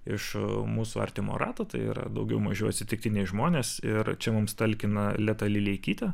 iš mūsų artimo rato tai yra daugiau mažiau atsitiktiniai žmonės ir čia mums talkina leta lileikytė